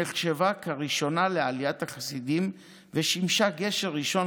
נחשבה לראשונה בעליות החסידים ושימשה גשר ראשון